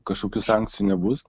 kažkokių sankcijų nebus